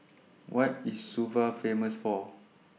What IS Suva Famous For